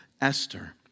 Esther